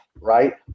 Right